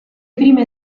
prime